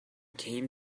came